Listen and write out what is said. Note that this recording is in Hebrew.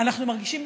אנחנו מרגישים,